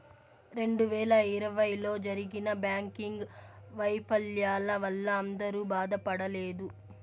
రెండు వేల ఇరవైలో జరిగిన బ్యాంకింగ్ వైఫల్యాల వల్ల అందరూ బాధపడలేదు